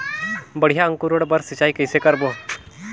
बढ़िया अंकुरण बर सिंचाई कइसे करबो?